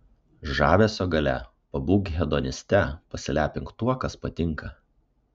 žavesio galia pabūk hedoniste pasilepink tuo kas patinka